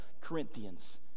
Corinthians